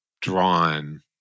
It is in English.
drawn